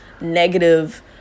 negative